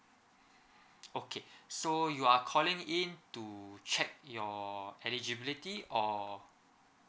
okay so you are calling in to check your eligibility or